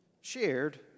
shared